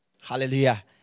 Hallelujah